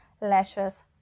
lashes